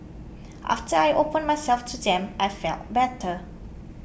after I opened myself to them I felt better